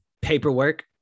paperwork